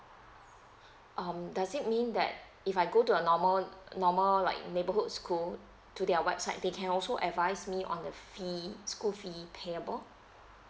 um does it mean that if I go to a normal normal like neighbourhood school to their website they can also advise me on the fee school fee payable